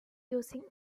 using